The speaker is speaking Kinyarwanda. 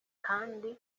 kandi